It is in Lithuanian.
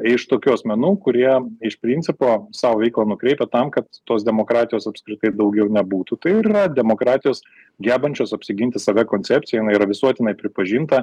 iš tokių asmenų kurie iš principo savo veiklą nukreipia tam kad tos demokratijos apskritai daugiau nebūtų tai ir yra demokratijos gebančios apsiginti save koncepcija jinai yra visuotinai pripažinta